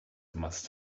must